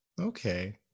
Okay